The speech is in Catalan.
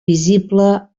visible